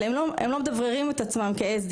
אבל הם לא מדבררים את עצמם כ-SDG,